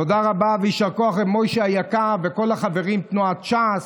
תודה רבה ויישר כוח למשה היקר ולכל החברים בתנועת ש"ס,